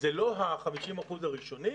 אלה לא ה-50 אחוזים הראשונים,